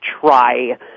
try